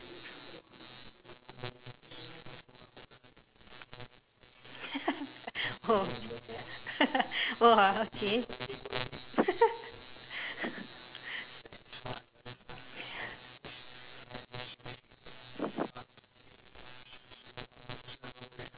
!whoa! !whoa! okay